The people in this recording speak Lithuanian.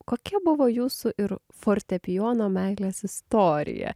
kokia buvo jūsų ir fortepijono meilės istorija